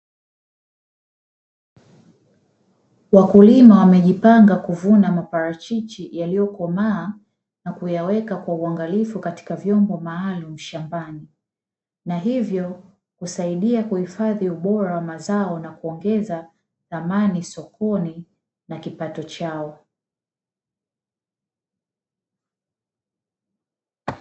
Wakulima wamejipanga kuvuna maparachichi yaliyokomaa, na kuyaweka kwa uangalifu katika vyombo maalumu shambani, na hivyo husaidia kuhifadhi ubora wa mazao na kuongeza thamani sokoni na kipato chao.